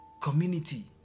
community